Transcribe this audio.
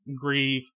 grieve